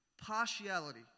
Partiality